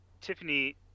Tiffany